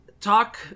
talk